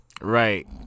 Right